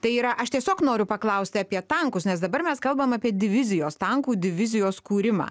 tai yra aš tiesiog noriu paklausti apie tankus nes dabar mes kalbam apie divizijos tankų divizijos kūrimą